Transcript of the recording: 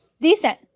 Decent